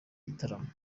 gitaramo